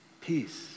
peace